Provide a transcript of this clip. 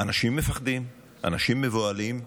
אנשים מפחדים, אנשים מבוהלים,